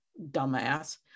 dumbass